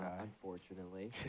unfortunately